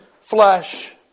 flesh